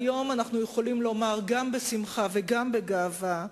היום אנחנו יכולים לומר, גם בשמחה וגם בגאווה: